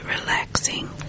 relaxing